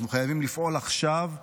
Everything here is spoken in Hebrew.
אנחנו חייבים לפעול עכשיו,